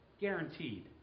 Guaranteed